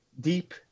deep